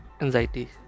anxiety